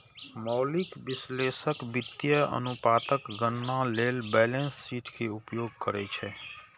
मौलिक विश्लेषक वित्तीय अनुपातक गणना लेल बैलेंस शीट के उपयोग करै छै